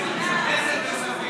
ועדת כספים.